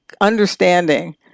understanding